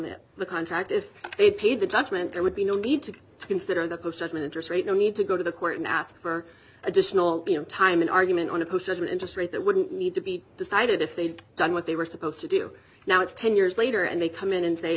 that the contract if they paid the judgment there would be no need to consider the bush admin interest rate no need to go to the court and ask for additional time an argument on a per cent interest rate that wouldn't need to be decided if they'd done what they were supposed to do now it's ten years later and they come in and say